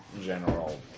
general